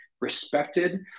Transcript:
respected